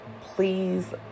Please